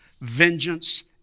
vengeance